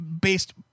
based